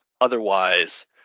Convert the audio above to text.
Otherwise